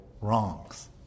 wrongs